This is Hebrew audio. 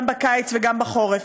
גם בקיץ וגם בחורף.